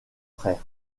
frères